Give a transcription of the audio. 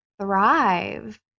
thrive